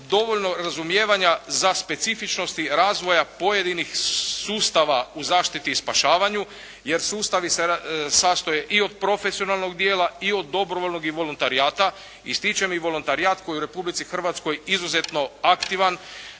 dovoljno razumijevanja za specifičnosti razvoja pojedinih sustava u zaštiti i spašavanju, jer sustavi se sastoje i od profesionalnog dijela i od dobrovoljnog i voluntarijata. Ističem voluntarijat koji je u Republici Hrvatskoj izuzetno aktivan,